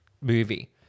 movie